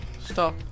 Stop